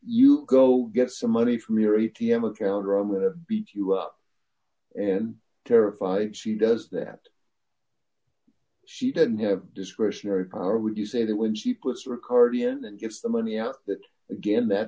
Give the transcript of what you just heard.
you go get some money from your a t m account or i'm going to beat you up and terrified she does that she doesn't have discretionary power would you say that when she puts ricardian d and gets the money out that again that